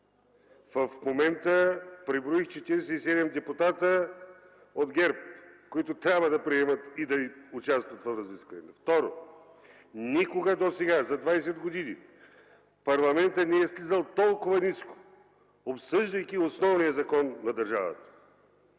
В момента преброих 47 депутата от ГЕРБ, които трябва да приемат и да участват в разискванията. Второ, никога досега за 20 години парламентът не е слизал толкова ниско, обсъждайки основния закон на държавата.